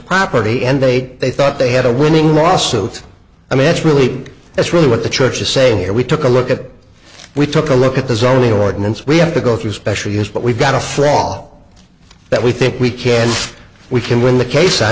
property and date they thought they had a winning lawsuit i mean it's really it's really what the church to say here we took a look at it we took a look at the zoning ordinance we have to go through special years but we've got a flaw that we think we can we can win the case i